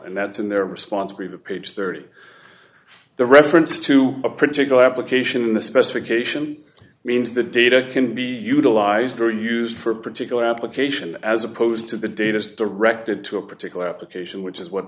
and that's in their response to be the page thirty the reference to a particular application in the specification means the data can be utilized or used for a particular application as opposed to the data is directed to a particular application which is what